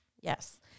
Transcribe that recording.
Yes